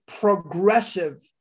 progressive